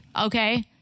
Okay